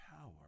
power